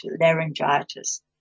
laryngitis